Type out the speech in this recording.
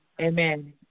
Amen